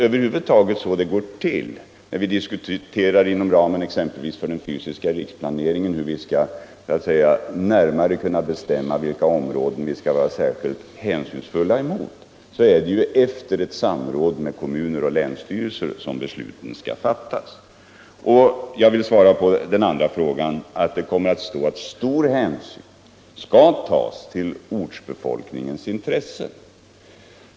Över huvud taget när man diskuterar inom ramen för den fysiska riksplaneringen hur vi skall närmare bestämma områden där man måste vara särskilt hänsynsfull är det ju efter samråd med kommuner och länsstyrelser som besluten fattas. Jag vill också understryka att stor hänsyn skall tas till ortsbefolkningens intresse.